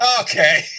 Okay